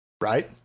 right